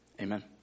amen